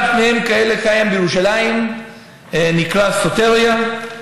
אחד מהם קיים בירושלים ונקרא "סוטריה",